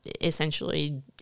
essentially